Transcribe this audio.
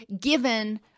given